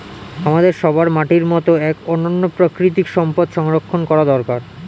আমাদের সবার মাটির মতো এক অনন্য প্রাকৃতিক সম্পদ সংরক্ষণ করা দরকার